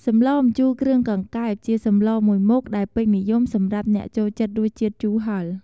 សម្លម្ជូគ្រឿងកង្កែប ជាសម្លមួយមុខដែលពេញនិយមសម្រាប់អ្នកចូលចិត្តរសជាតិជូរហឹរ។